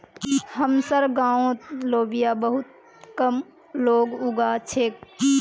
हमसार गांउत लोबिया बहुत कम लोग उगा छेक